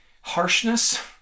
Harshness